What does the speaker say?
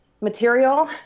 material